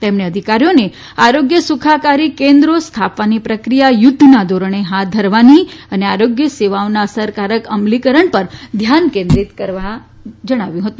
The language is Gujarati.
તેમણે અધિકારીઓ આરોગ્ય સુખાકારી કેન્દ્રો સ્થાપવાની પ્રક્રિયા યુદ્ધના ધોરણે હાથ ધરવાની અને આરોગ્ય સેવાઓના અસરકારક અમલીકરણ પર ધ્યાન કેન્દ્રીત કરવા જણાવ્યું છે